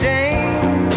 Jane